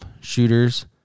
shooters